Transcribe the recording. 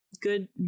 good